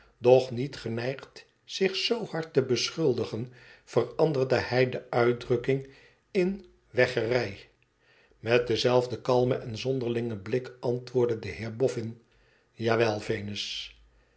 doch niet geneigd zich z hard te beschuldigen veranderde hij de uitdrukking m i weggerij met denzelfden kalmen en zonderlingen blik antwoordde de heer boffin